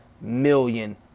million